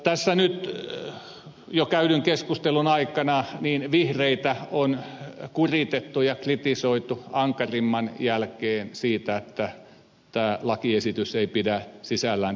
tässä nyt jo käydyn keskustelun aikana vihreitä on kuritettu ja kritisoitu ankarimman jälkeen siitä että tämä lakiesitys ei pidä sisällään kampanjakattoa